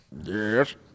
Yes